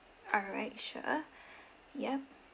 alright sure yup